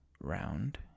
round